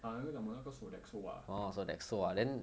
好像是怎么那个 sodexo ah